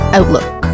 Outlook